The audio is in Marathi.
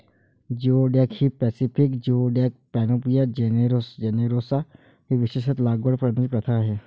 जिओडॅक ही पॅसिफिक जिओडॅक, पॅनोपिया जेनेरोसा ही विशेषत लागवड करण्याची प्रथा आहे